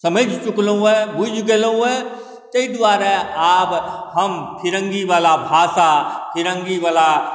समझि चुकलहुँ अइ बुझि गेलहुँ अइ ताहि दुआरे आब हम फिरङ्गीवला भाषा फिरङ्गीवला